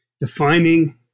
defining